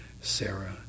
Sarah